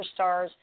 superstars